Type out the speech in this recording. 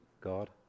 God